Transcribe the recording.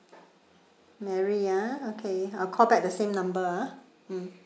marie ya okay I'll call back the same number ah mm